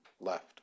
left